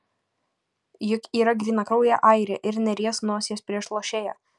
juk yra grynakraujė airė ir neries nosies prieš lošėją